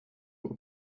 were